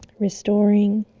restoring,